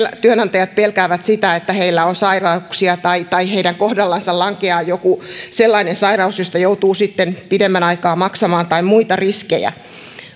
työnantajat pelkäävät sitä että heillä on sairauksia tai tai heidän kohdallaan lankeaa joku sellainen sairaus josta joutuu sitten pidemmän aikaa maksamaan tai muita riskejä